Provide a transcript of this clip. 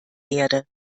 erde